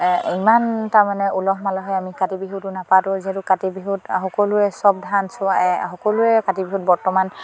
ইমান তাৰমানে উলহ মালহে আমি কাতি বিহুটো নাপাতো যিহেতু কাতি বিহুত সকলোৱে চব ধান চোৱা সকলোৱে কাতি বিহুত বৰ্তমান